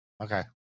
Okay